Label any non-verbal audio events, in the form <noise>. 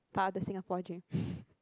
part of the Singapore dream <breath>